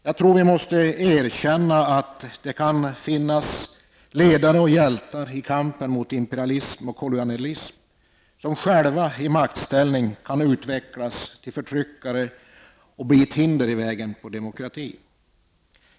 Jag tror att vi måste erkänna att det kan finnas ledare och hjältar i kampen mot imperialism och kolonialism som själva i maktställning kan utvecklas till förtryckare och bli ett hinder på vägen mot demokrati.